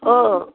अँ